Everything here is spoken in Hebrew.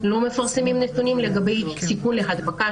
הם לא מפרסמים נתונים לגבי סיכון להדבקה,